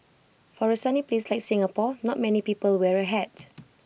for A sunny place like Singapore not many people wear A hat